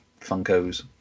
Funkos